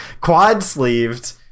quad-sleeved